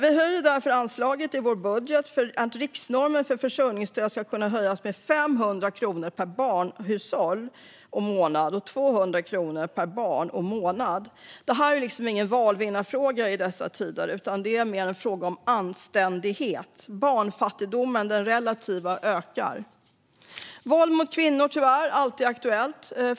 Vi höjer därför anslaget i vår budget så att riksnormen för försörjningsstöd ska kunna höjas med 500 kronor per barnhushåll och månad samt 200 kronor per barn och månad. Det här är ingen valvinnarfråga i dessa tider, utan det är mer en fråga om anständighet eftersom den relativa barnfattigdomen ökar. Tyvärr är våld mot kvinnor alltid aktuellt.